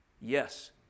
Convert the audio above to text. yes